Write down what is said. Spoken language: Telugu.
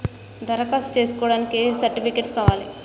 దరఖాస్తు చేస్కోవడానికి ఏ సర్టిఫికేట్స్ కావాలి?